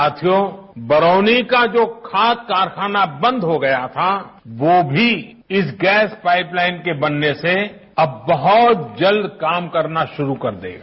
साथियों बरौनी का जो खाद कारखाना बंद हो गया था वो भी इस गैस पाइपलाइन के बनने से अब बहुत जल्द काम करना शुरु कर देगा